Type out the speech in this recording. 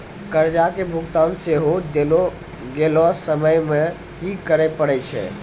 कर्जा के भुगतान सेहो देलो गेलो समय मे ही करे पड़ै छै